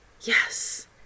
yes